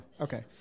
okay